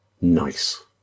nice